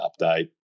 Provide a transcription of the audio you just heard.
update